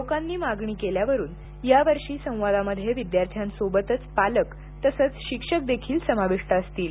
लोकांनी मागणी केल्यावरुन यावर्षी या संवादामध्ये विद्यार्थ्यांसोबतच पालक तसेच शिक्षक देखील समाविष्ट असतील